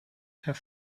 herr